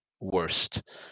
worst